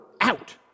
out